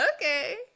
Okay